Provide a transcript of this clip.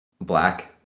black